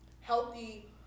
healthy